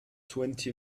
twenty